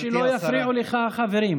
רק שלא יפריעו לך החברים.